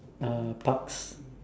parks